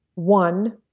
one,